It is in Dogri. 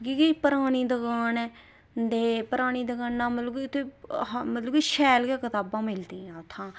की के परानी दकान ऐ ते परानी दकानै दा मतलब की उत्थै मतलब कि शैल गै कताबां मिलदियां उत्थुआं